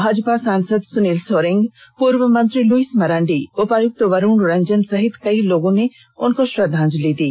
भाजपा सांसद सुनील सोरेंग पूर्व मंत्री लूईस मरांडी उपायुक्त वरूण रंजन सहित कई लोगों में उनको श्रद्वांजलि दी